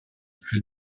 für